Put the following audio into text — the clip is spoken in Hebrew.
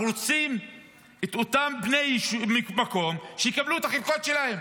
אנחנו רוצים את בני המקום, שיקבלו את החלקות שלהם,